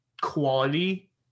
quality